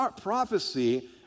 prophecy